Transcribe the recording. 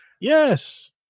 yes